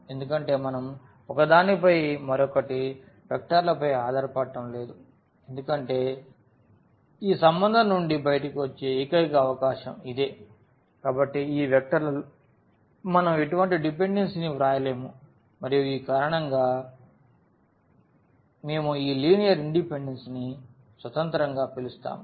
ఎందుకంటే మనం ఒకదానిపై మరొకటి వెక్టార్లపై ఆధారపడటం లేదు ఎందుకంటే ఈ సంబంధం నుండి బయటకు వచ్చే ఏకైక అవకాశం ఇదే కాబట్టి ఈ వెక్టర్లలో మనం ఎటువంటి డిపెండెన్సీని వ్రాయలేము మరియు ఈ కారణంగా మేము ఈ లినియర్ ఇండిపెండెన్స్ ని స్వతంత్రంగా పిలుస్తాము